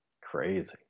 crazy